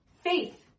Faith